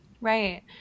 Right